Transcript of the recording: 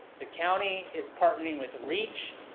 the county is partnering with reach